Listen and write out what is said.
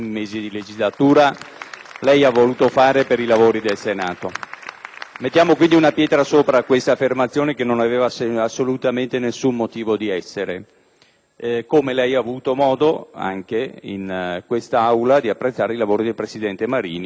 Mettiamo quindi una pietra sopra questa affermazione che non aveva assolutamente nessun motivo di essere; del resto, lei ha avuto modo anche in quest'Aula di apprezzare i lavori del presidente Marini nella scorsa legislatura. Poiché sono in Aula ormai da qualche anno,